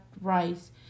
Rice